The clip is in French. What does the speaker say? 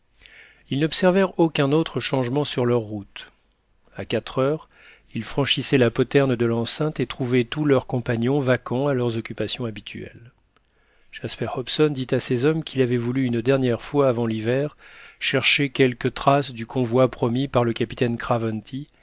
ils n'observèrent aucun autre changement sur leur route à quatre heures ils franchissaient la poterne de l'enceinte et trouvaient tous leurs compagnons vaquant à leurs occupations habituelles jasper hobson dit à ses hommes qu'il avait voulu une dernière fois avant l'hiver chercher quelque trace du convoi promis par la capitaine craventy